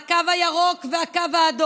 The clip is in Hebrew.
תודה.